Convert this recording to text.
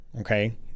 okay